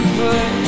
put